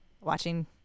watching